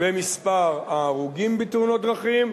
במספר ההרוגים בתאונות הדרכים,